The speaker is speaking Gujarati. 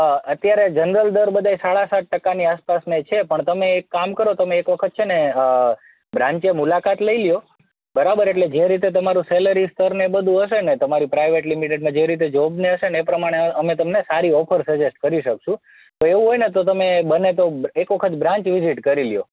અત્યારે જનરલ દર બધાય સાડા સાત ટકાની આસપાસના છે પણ તમે એક કામ કરો તમે એક વખત છે ને બ્રાન્ચે મુલાકાત લઈ લો બરાબર એટલે જે રીતે તમારું સેલરી સ્ત રને બધું હશે ને તમારી પ્રાઇવેટ લિમિટેડમાં જેવી રીતે જોબ ને એ હશે ને એ પ્રમાણે અમે તમને સારી ઓફર સજેસ્ટ કરી શકીશું તો એવું હોય ને તો તમે બને તો એક વખત બ્રાન્ચ વિઝિટ કરી લો